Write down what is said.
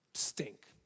stink